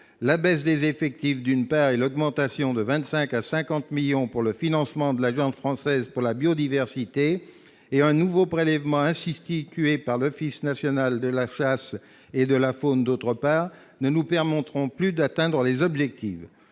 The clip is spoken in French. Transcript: la baisse des effectifs, d'une part, l'augmentation de 25 à 50 millions pour le financement de la viande française pour la biodiversité et un nouveau prélèvement ainsi chiffre qui tué par l'Office national de la chasse et de la faune, d'autre part nous perd monteront plus d'atteindre les objectifs,